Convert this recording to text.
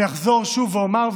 אני אחזור שוב ואומר,